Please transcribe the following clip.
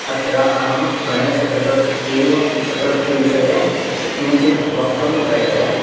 अत्र अहं गणेशचतुर्थी चतुर्थिविषये किञ्चित् वक्तुं प्रयते